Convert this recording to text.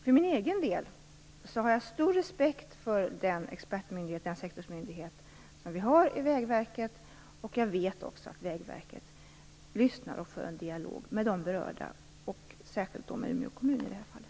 För egen del har jag alltså stor respekt för den expert och sektorsmyndighet som vi har i Vägverket, och jag vet också att Vägverket lyssnar på och för en dialog med de berörda - särskilt med Umeå kommun i det här fallet.